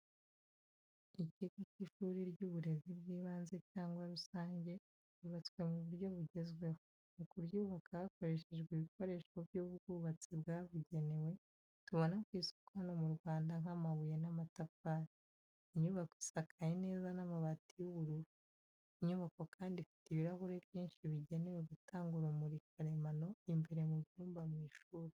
Ikigo cy’ishuri ry’uburezi bw’ibanze cyangwa rusange, ryubatswe mu buryo bugezweho, mu kuryubaka hakoreshejwe ibikoresho by’ubwubatsi byabugenewe, tubona ku isoko hano mu Rwanda nk’amabuye n’amatafari. Inyubako isakaye neza n'amabati y'ubururu. Inyubako kandi ifite ibirahuri byinshi bigenewe gutanga urumuri karemano imbere mu byumba by’ishuri.